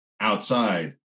outside